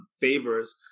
favors